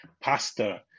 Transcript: pasta